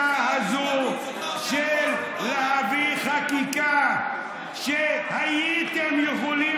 השיטה הזו של להביא חקיקה שהייתם יכולים